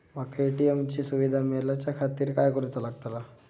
माका ए.टी.एम ची सुविधा मेलाच्याखातिर काय करूचा लागतला?